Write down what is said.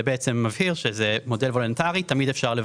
זה מבהיר שזה מודל וולונטרי, תמיד אפשר לבטל.